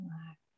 relax